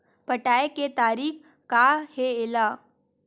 पटाय के तरीका का हे एला?